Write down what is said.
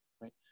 right